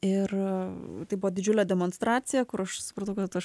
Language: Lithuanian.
ir tai buvo didžiulė demonstracija kur aš supratau kad aš